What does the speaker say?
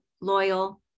loyal